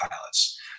pilots